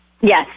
Yes